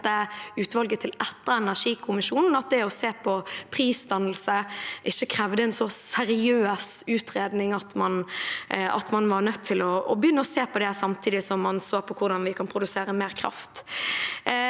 det å se på prisdannelse ikke krevde en så seriøs utredning at man var nødt til å begynne å se på det samtidig som man så på hvordan vi kan produsere mer kraft.